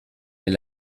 est